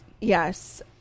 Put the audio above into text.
Yes